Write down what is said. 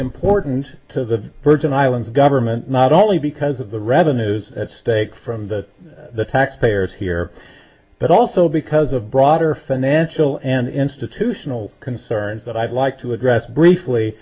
important to the virgin islands government not only because of the revenues at stake from the taxpayers here but also because of broader financial and institutional concerns that i'd like to address briefly